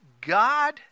God